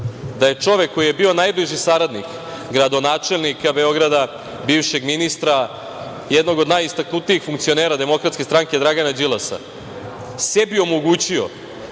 da je čovek koji je bio najbliži saradnik gradonačelnika Beograda, bivšeg ministra, jednog od najistaknutijih funkcionera DS Dragana Đilasa, sebi omogućio